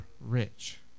rich